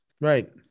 Right